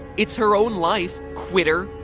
it's her own life! quitter.